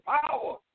power